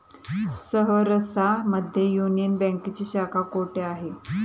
सहरसा मध्ये युनियन बँकेची शाखा कुठे आहे?